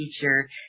teacher